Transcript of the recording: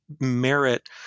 merit